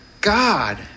God